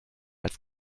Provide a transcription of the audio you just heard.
als